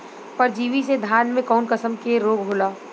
परजीवी से धान में कऊन कसम के रोग होला?